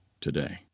today